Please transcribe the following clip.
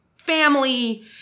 family